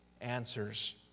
answers